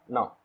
Now